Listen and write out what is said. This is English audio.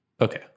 Okay